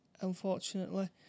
unfortunately